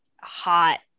hot